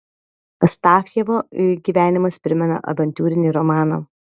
astafjevo gyvenimas primena avantiūrinį romaną